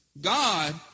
God